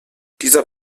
dieser